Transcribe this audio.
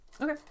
Okay